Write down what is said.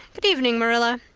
good evening, marilla.